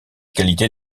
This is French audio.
qualités